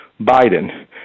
biden